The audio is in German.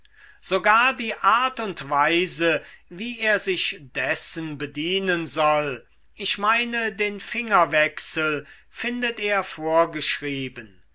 sogar die art und weise wie er sich dessen bedienen soll ich meine den fingerwechsel findet er vorgeschrieben